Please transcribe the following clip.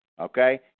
Okay